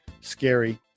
scary